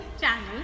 channel